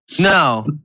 no